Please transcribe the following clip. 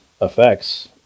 effects